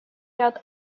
ряд